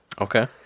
Okay